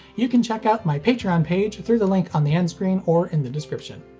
you can check out my patreon page through the link on the end screen, or in the description.